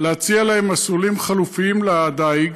להציע להם מסלולים חלופיים לדיג,